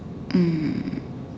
mm